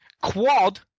Quad